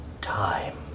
time